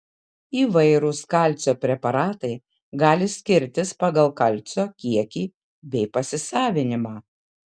įvairūs kalcio preparatai gali skirtis pagal kalcio kiekį bei pasisavinimą